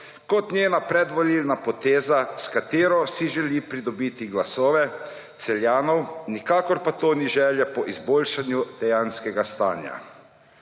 kot njena predvolilna poteza, s katero si želi pridobiti glasove Celjanov, nikakor pa to ni želja po izboljšanju dejanskega stanja.